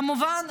כמובן,